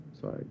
sorry